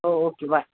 हो okay bye